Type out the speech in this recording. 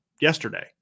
yesterday